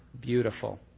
beautiful